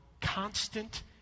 constant